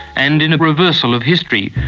and in a reversal of history,